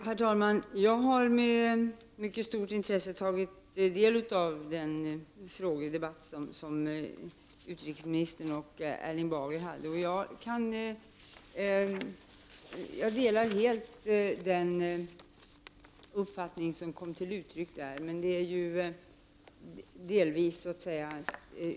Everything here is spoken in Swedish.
Herr talman! Jag har med mycket stort intresse tagit del av frågedebatten mellan utrikesministern och Erling Bager. Jag delar helt den uppfattning som där kom till uttryck.